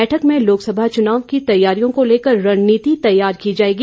बैठक में लोकसभा चुनाव की तैयारियों को लेकर रणनीति तैयार की जाएगी